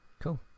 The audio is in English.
cool